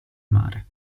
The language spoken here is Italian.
mare